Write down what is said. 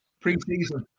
Pre-season